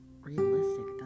realistic